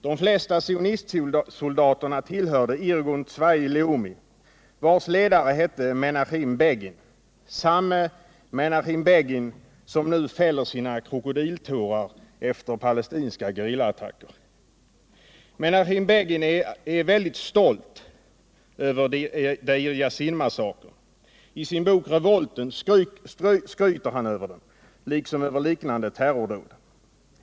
De flesta sionistsoldaterna tillhörde Irgun Zvai Leumi vars ledare hette — Menachem Begin, samme Menachem Begin som nu fäller sina krokodiltårar efter palestinska gerillaattacker. Menachem Begin är väldigt stolt över Deir Jassin-massakern. I sin bok ”Revolten” skryter han över den, liksom över liknande terrordåd.